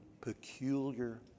peculiar